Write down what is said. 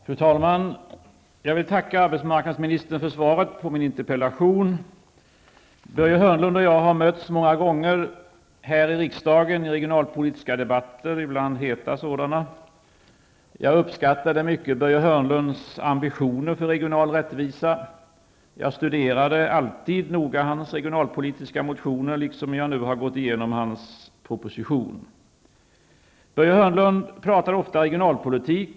Fru talman! Jag vill tacka arbetsmarknadsministern för svaret på min interpellation. Börje Hörnlund och jag har mötts många gånger här i riksdagen i regionalpolitiska debatter, ibland heta sådana. Jag uppskattade mycket Börje Hörnlunds ambitioner för regional rättvisa och jag studerade alltid hans regionalpolitiska motioner och har nu också gått igenom hans proposition. Börje Hörnlund talar ofta regionalpolitik.